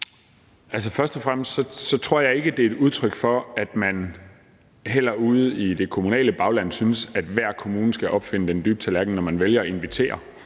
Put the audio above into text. Først og fremmest tror jeg ikke, det er et udtryk for, at man ude i det kommunale bagland synes, at hver kommune skal opfinde den dybe tallerken, når man vælger at invitere